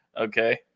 Okay